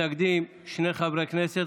שני חברי כנסת.